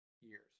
years